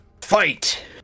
Fight